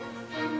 מדינה.